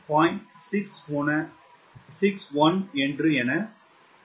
61 என்று எனக்குத் தெரியும்